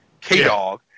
K-Dog